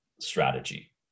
strategy